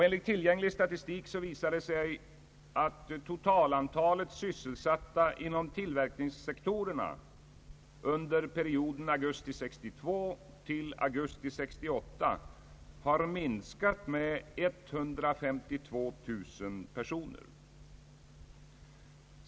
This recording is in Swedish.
Enligt tillgänglig statistik visar det sig, att totalantalet sysselsatta inom tillverkningssektorerna under perioden augusti 1962 till augusti 1968 har minskat med 152 000 personer.